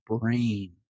brain